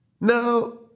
Now